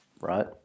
right